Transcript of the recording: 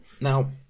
Now